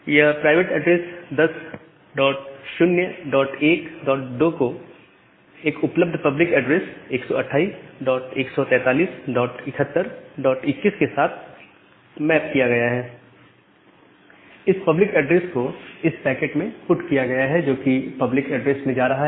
यह private address 10012 को एक उपलब्ध पब्लिक एड्रेस 1281437121 के साथ मैप किया गया है और इस पब्लिक ऐड्रेस को इस पैकेट में पुट किया गया है जो कि पब्लिक एड्रेस में जा रहा है